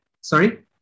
Sorry